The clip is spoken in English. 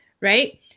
Right